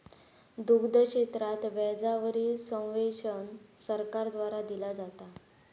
दुग्ध क्षेत्रात व्याजा वरील सब्वेंशन सरकार द्वारा दिला जाता